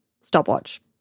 stopwatch